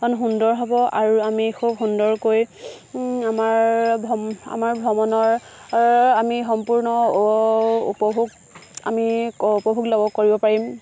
সুন্দৰ হ'ব আৰু আমি খুব সুন্দৰকৈ আমাৰ ভ্ৰমণৰ আমি সম্পূৰ্ণ উপভোগ কৰিব পাৰিম